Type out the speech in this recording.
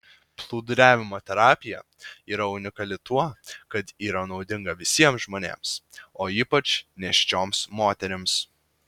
plūduriavimo terapija yra unikali tuo kad yra naudinga visiems žmonėms o ypač nėščioms moterims